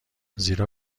زیرا